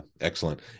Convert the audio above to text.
excellent